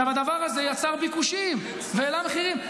הדבר הזה יצר ביקושים והעלה מחירים.